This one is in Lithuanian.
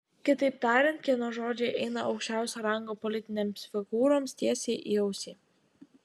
kitaip tariant kieno žodžiai eina aukščiausio rango politinėms figūroms tiesiai į ausį